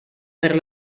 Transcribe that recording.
per